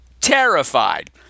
Terrified